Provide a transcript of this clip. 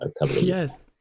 Yes